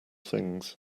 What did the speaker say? things